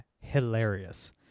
hilarious